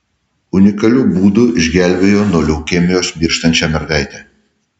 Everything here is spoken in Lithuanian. unikaliu būdu išgelbėjo nuo leukemijos mirštančią mergaitę